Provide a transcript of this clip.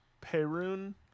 Perun